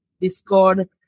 Discord